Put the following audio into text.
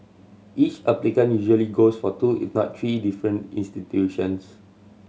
each applicant usually goes for two if not three different institutions